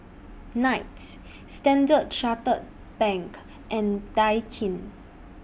Knight Standard Chartered Bank and Daikin